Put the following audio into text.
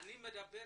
אני מתייחס